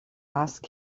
ask